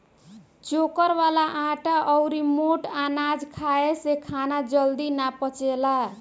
चोकर वाला आटा अउरी मोट अनाज खाए से खाना जल्दी ना पचेला